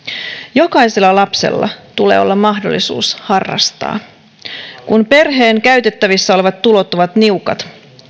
jokaisella lapsella tulee olla mahdollisuus harrastaa kun perheen käytettävissä olevat tulot ovat niukat